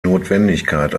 notwendigkeit